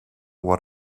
what